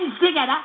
together